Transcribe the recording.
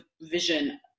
vision